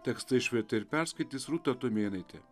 tekstą išvertė ir perskaitys rūta tumėnaitė